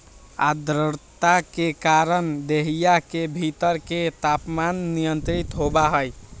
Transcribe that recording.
आद्रता के कारण देहिया के भीतर के तापमान नियंत्रित होबा हई